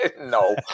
No